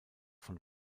von